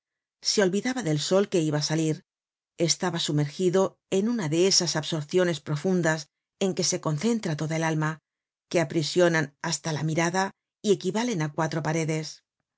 se olvidaba del sol que iba á salir estaba sumergido en una de esas absorciones profundas en que se concentra toda el alma que aprisionan hasta la mirada y equivalen á cuatro paredes